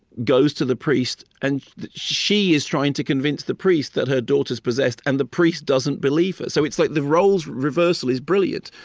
goes to the priest, and she is trying to convince the priest that her daughter is possessed, and the priest doesn't believe her. so it's like the role reversal is brilliant.